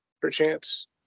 perchance